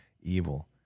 evil